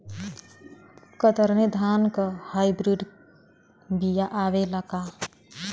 कतरनी धान क hybrid बिया आवेला का?